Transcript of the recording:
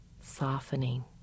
softening